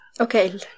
Okay